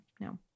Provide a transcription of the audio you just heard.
no